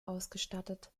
ausgestattet